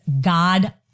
God